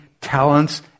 talents